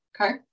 okay